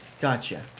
Gotcha